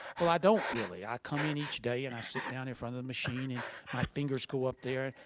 well, i don't really. i come in each day and i sit down in front of the machine and my fingers go up there,